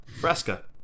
Fresca